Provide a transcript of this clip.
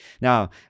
now